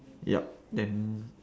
yup then